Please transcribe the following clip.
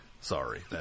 Sorry